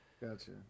gotcha